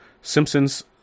Simpsons